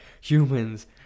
humans